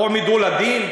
או הועמדו לדין?